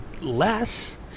less